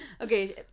Okay